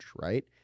right